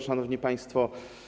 Szanowni Państwo!